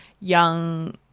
young